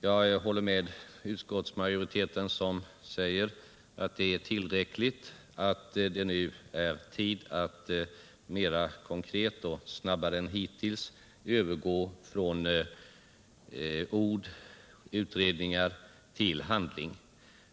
Jag håller med utskottsmajoriteten, som säger att det materialet är tillräckligt, att det nu är tid att mer konkret och snabbare än hittills övergå från ord och utredningar till handling.